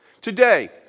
today